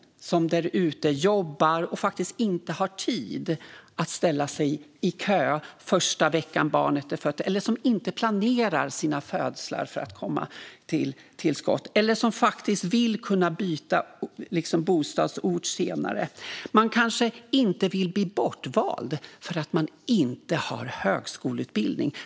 Det handlar om dem som är där ute och jobbar och faktiskt inte har tid att ställa sitt barn i kö första veckan efter att det är fött. Det handlar om dem som inte planerar sina födslar för att kunna komma till skott - eller som vill kunna byta bostadsort senare. Man kanske inte vill bli bortvald för att man inte har högskoleutbildning.